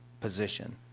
position